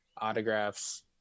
autographs